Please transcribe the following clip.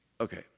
Okay